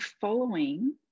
following